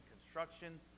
construction